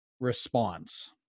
response